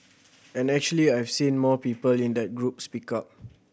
and actually I've seen more people in that group speak up